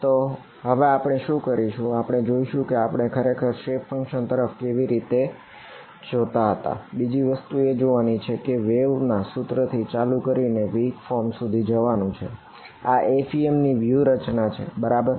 તો હવે આપણે શું કરીશું આપણે જોઇશું કે આપણે ખરેખર શેપ ફંક્શન ના સૂત્ર થી ચાલુ થાય છે બરાબર